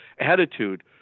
attitude